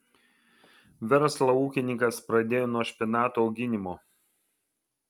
verslą ūkininkas pradėjo nuo špinatų auginimo